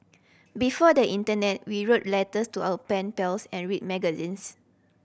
before the internet we wrote letters to our pen pals and read magazines